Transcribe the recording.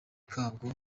kabwo